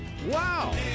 Wow